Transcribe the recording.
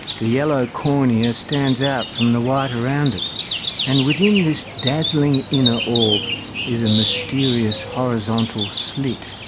the yellow cornea stands out from the white around it and within this dazzling inner orb is a mysterious horizontal slit,